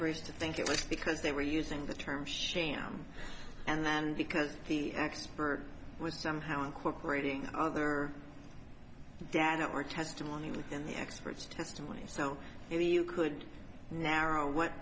briefs to think it was because they were using the term sham and then because the expert was somehow incorporating other dan or testimony within the experts testimony so you could narrow what